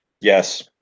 Yes